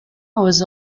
was